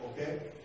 okay